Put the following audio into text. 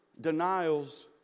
denials